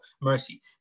mercy